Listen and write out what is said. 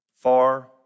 far